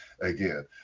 again